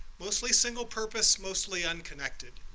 mostly single-purpose, mostly unconnected.